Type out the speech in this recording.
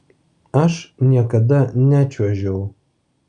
aš niekada nečiuožiau